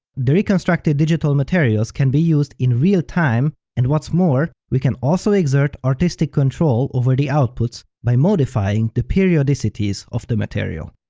the reconstructed digital materials can be used in real time, and what's more, we can also exert artistic control over the outputs by modifying the periodicities of the material.